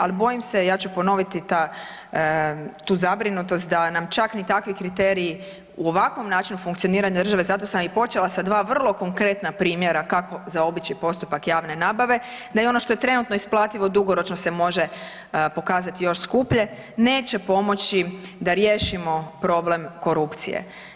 Ali bojim se, ja ću ponoviti tu zabrinutost da nam čak niti takvi kriteriji u ovakvom načinu funkcioniranju države zato sam i počela sa dva vrlo konkretna primjera kako zaobići postupak javne nabave, da i ono što je trenutno isplativo dugoročno se može pokazati još skuplje, neće pomoći da riješimo problem korupcije.